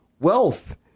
wealth